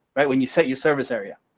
right when you set your service area,